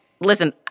listen